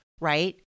right